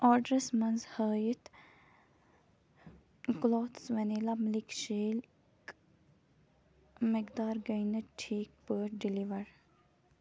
آڈرَس منٛز ہٲیِتھ کٕلاتھٕس وٮ۪نیٖلا مِلک شیک مٮ۪قدار گٔے نہٕ ٹھیٖک پٲٹھۍ ڈِلِوَر